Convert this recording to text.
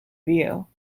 view